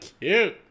cute